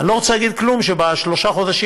אני לא רוצה להגיד כלום על שבשלושת החודשים